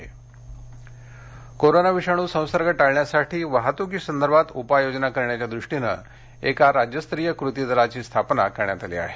परिवहन कोरोना विषाणू संसर्ग टाळण्यासाठी वाहतूकीसंदर्भात उपाययोजना करण्याच्या दृष्टीनं एका राज्यस्तरीय कृती दलाची स्थापना करण्यात आली आहे